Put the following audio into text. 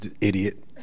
Idiot